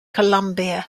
columbia